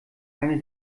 eine